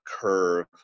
curve